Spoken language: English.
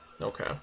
Okay